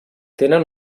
tenen